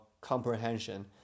comprehension